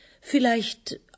Vielleicht